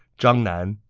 zhang nan,